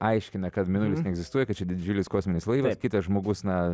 aiškina kad mėnulis neegzistuoja kad čia didžiulis kosminis laivas kitas žmogus na